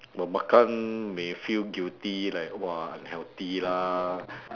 but makan may feel guilty like !wah! unhealthy lah